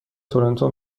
تورنتو